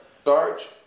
starch